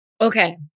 Okay